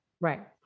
Right